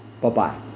Bye-bye